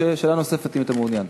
שאלה נוספת אם אתה מעוניין.